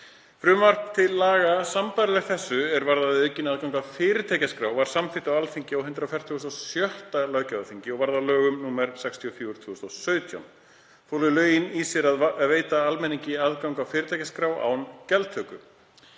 Frumvarp til laga sambærilegt þessu er varðaði aukinn aðgang að fyrirtækjaskrá var samþykkt á Alþingi á 146. löggjafarþingi og varð að lögum nr. 64/2017. Fólu lögin í sér að veita almenningi aðgang að fyrirtækjaskrá án gjaldtöku.